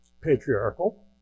patriarchal